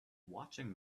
watching